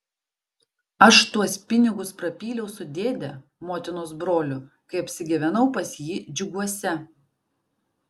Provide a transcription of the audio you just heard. aš tuos pinigus prapyliau su dėde motinos broliu kai apsigyvenau pas jį džiuguose